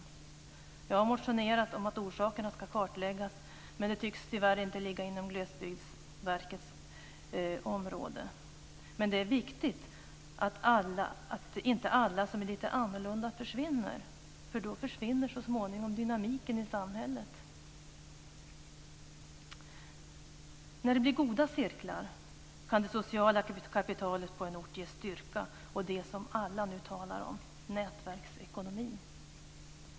Jag och flera andra har motionerat om att orsakerna till detta ska kartläggas men det tycks tyvärr inte ligga inom Glesbygdsverkets område. Det är viktigt att inte alla som är lite annorlunda försvinner, för då försvinner så småningom dynamiken i samhället. När det blir goda cirklar kan det sociala kapitalet på en ort ge styrka och det som alla nu talar om: nätverksekonomi.